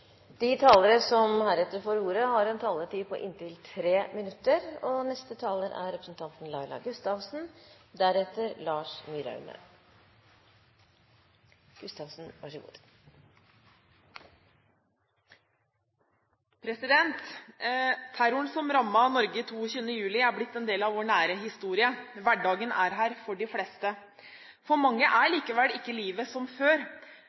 De talere som heretter får ordet, har en taletid på inntil 3 minutter. Terroren som rammet Norge 22. juli, er blitt en del av vår nære historie. Hverdagen er her for de fleste. For mange er likevel ikke livet som før.